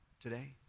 today